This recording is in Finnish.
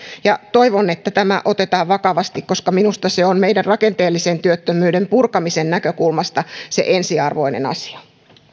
toivon että tämä otetaan vakavasti koska minusta se on meidän rakenteellisen työttömyyden purkamisen näkökulmasta se ensiarvoinen asia